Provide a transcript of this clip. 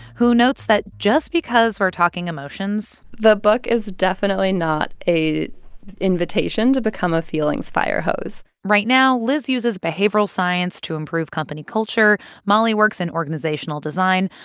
who notes that just because we're talking emotions. the book is definitely not a invitation to become a feelings firehose right now liz uses behavioral science to improve company culture. mollie works in organizational design,